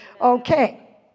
Okay